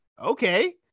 okay